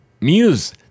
Muse